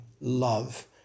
love